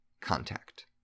contact